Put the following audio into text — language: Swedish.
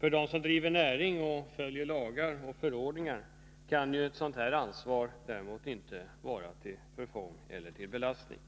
För dem som driver näring och följer lagar och förordningar kan ett sådant ansvar däremot inte vara till förfång eller utgöra någon belastning.